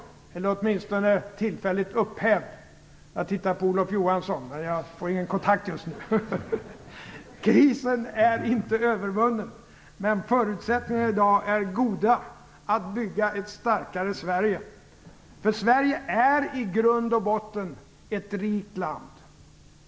Den är åtminstone tillfälligt upphävd. Jag tittar på Olof Johansson men jag får ingen kontakt just nu. Krisen är inte övervunnen men förutsättningarna är i dag goda att bygga ett starkare Sverige. Sverige är i grund och botten ett rikt land.